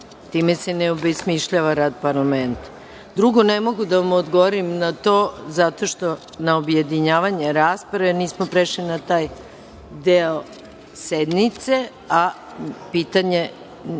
Time se ne obesmišljava rad parlamenta. Drugo ne mogu da vam odgovorim na to zato što na objedinjavanje rasprave nismo prešli na taj deo sednice, a pitanje